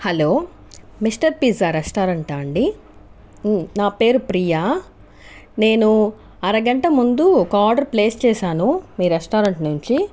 hello mister pizza restaurant ఆ అండి నా పేరు ప్రియా నేను అరగంట ముందు ఒక ఆర్డర్ ప్లేస్ చేశాను మీ రెస్టారెంట్ నుంచి